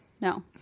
No